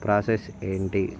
process ఏంటి